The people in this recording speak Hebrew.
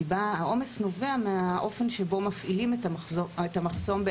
העומס נובע מהאופן שבו מפעילים את המחסום,